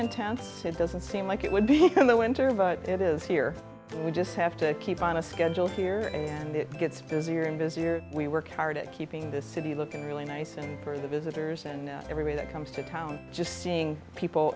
intense so it doesn't seem like it would be in the winter but it is here we just have to keep on a schedule here and it gets busier and busier we work hard at keeping this city looking really nice and for the visitors and everybody that comes to town just seeing people